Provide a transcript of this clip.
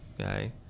Okay